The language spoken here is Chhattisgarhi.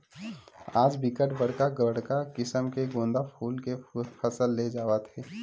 आज बिकट बड़का बड़का किसम के गोंदा फूल के फसल ले जावत हे